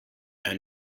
and